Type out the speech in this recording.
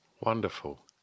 Wonderful